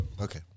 okay